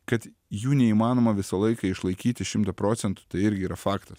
kad jų neįmanoma visą laiką išlaikyti šimtą procentų tai irgi yra faktas